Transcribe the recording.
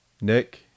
Nick